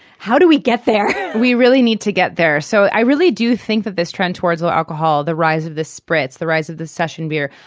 how do we get we really need to get there. so i really do think of this trend towards low alcohol, the rise of the spritz, the rise of the session beer,